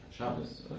Shabbos